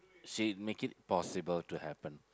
she make it possible to happen